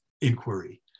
inquiry